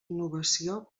innovació